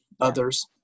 others